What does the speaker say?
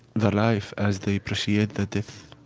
the life as they appreciate the death,